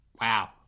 wow